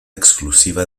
exclusiva